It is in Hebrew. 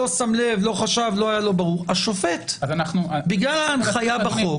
לא שם לב השופט בגלל ההנחיה בחוק-